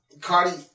Cardi